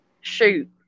shoot